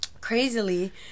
Crazily